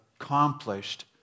accomplished